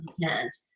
content